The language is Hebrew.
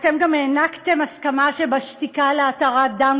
אתם גם נתתם הסכמה שבשתיקה להתרת דם,